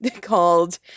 Called